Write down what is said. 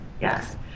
Yes